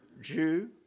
Jew